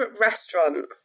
restaurant